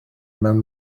mewn